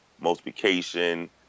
multiplication